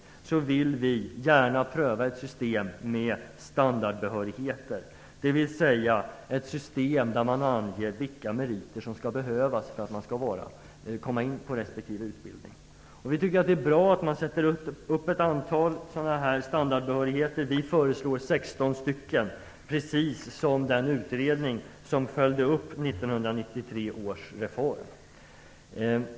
Därför vill vi gärna pröva ett system med standardbehörigheter, dvs. ett system där det anges vilka meriter som behövs för att man skall komma in på respektive utbildning. Det är bra att man sätter upp ett antal standardbehörigheter. Vi föreslår att det skall vara 16 sådana, precis som när det gäller den utredning som följde upp 1993 års reform.